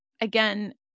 again